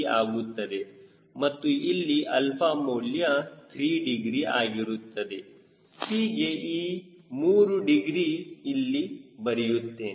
3 ಆಗುತ್ತದೆ ಮತ್ತು ಇಲ್ಲಿ 𝛼 ಮೌಲ್ಯ 3 ಡಿಗ್ರಿ ಆಗಿರುತ್ತದೆ ಹೀಗೆ ಈ 3 ಡಿಗ್ರಿ ಇಲ್ಲಿ ಬರೆಯುತ್ತೇನೆ